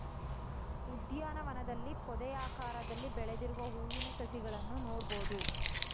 ಉದ್ಯಾನವನದಲ್ಲಿ ಪೊದೆಯಾಕಾರದಲ್ಲಿ ಬೆಳೆದಿರುವ ಹೂವಿನ ಸಸಿಗಳನ್ನು ನೋಡ್ಬೋದು